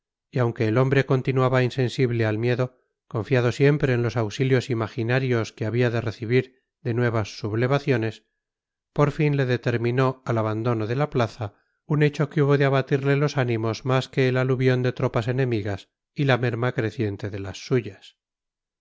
y aunque el hombre continuaba insensible al miedo confiado siempre en los auxilios imaginarios que había de recibir de nuevas sublevaciones por fin le determinó al abandono de la plaza un hecho que hubo de abatirle los ánimos más que el aluvión de tropas enemigas y la merma creciente de las suyas